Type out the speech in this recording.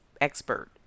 expert